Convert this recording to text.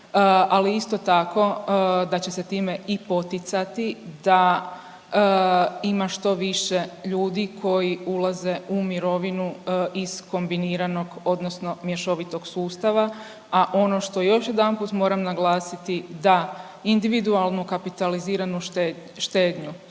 ali isto tako da će se time i poticati da ima što više ljudi koji ulaze u mirovinu iz kombiniranog odnosno mješovitog sustava, a ono što još jedanput moram naglasiti da individualno kapitaliziranu štednju